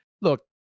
look